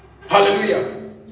Hallelujah